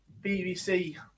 BBC